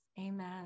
Amen